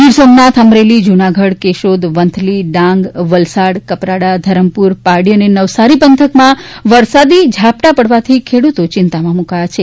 ગીરસોમનાથ અમરેલી જૂનાગઢ કેશોદ વંથલી ડાંગ વલસાડ કપરાડા ધરમપુર પારડી તથા નવસારી પંથકમાં વરસાદી ઝાપટાં પડવાથી ખેડૂતો ચિંતામાં મુકાયા છે